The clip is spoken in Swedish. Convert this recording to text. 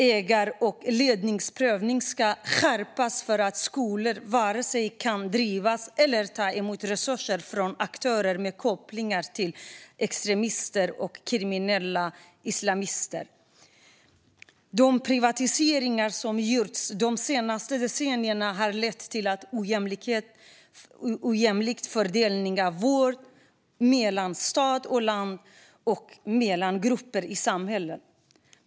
Ägar och ledningsprövningen ska skärpas, så att skolor varken kan drivas av eller ta emot resurser från aktörer med kopplingar till extremister och kriminella islamister. De privatiseringar som gjorts de senaste decennierna har lett till en ojämlik fördelning av vård mellan stad och land och mellan grupper i samhället.